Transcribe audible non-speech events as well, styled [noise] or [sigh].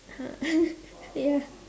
[laughs] ya